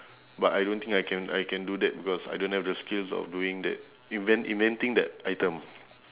but I don't think I can I can do that because I don't have the skills of doing that invent~ inventing that item